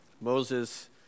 Moses